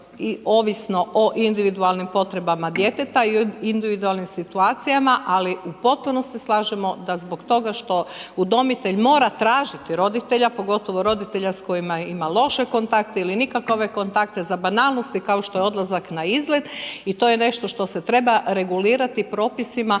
ovisno o individualnim potrebama djeteta i individualnim situacijama, ali u potpunosti se slažemo da zbog toga što udomitelj mora tražiti roditelja, pogotovo roditelja s kojima ima loše kontakte ili nikakove kontakte za banalnosti kao što je odlazak na izlet i to je nešto što se treba regulirati propisima,